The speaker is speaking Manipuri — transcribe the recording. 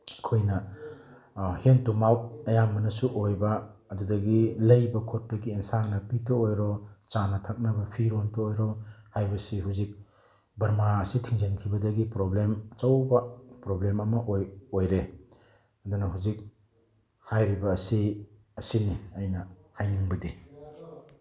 ꯑꯩꯈꯣꯏꯅ ꯍꯦꯟ ꯇꯨ ꯃꯥꯎꯠ ꯑꯌꯥꯝꯕꯅꯁꯨ ꯑꯣꯏꯕ ꯑꯗꯨꯗꯒꯤ ꯂꯩꯕ ꯈꯣꯠꯄꯒꯤ ꯑꯦꯟꯁꯥꯡ ꯅꯥꯄꯤꯇ ꯑꯣꯏꯔꯣ ꯆꯥꯅ ꯊꯛꯅꯕ ꯐꯤꯔꯣꯜꯇ ꯑꯣꯏꯔꯣ ꯍꯥꯏꯕꯁꯤ ꯍꯧꯖꯤꯛ ꯕꯔꯃꯥ ꯑꯁꯤ ꯊꯤꯡꯖꯤꯟꯈꯤꯕꯗꯒꯤ ꯄ꯭ꯔꯣꯕ꯭ꯂꯦꯝ ꯑꯆꯧꯕ ꯄ꯭ꯔꯣꯕ꯭ꯂꯦꯝ ꯑꯃ ꯑꯣꯏꯔꯦ ꯑꯗꯨꯅ ꯍꯧꯖꯤꯛ ꯍꯥꯏꯔꯤꯕ ꯑꯁꯤ ꯑꯁꯤꯅꯤ ꯑꯩꯅ ꯍꯥꯏꯅꯤꯡꯕꯗꯤ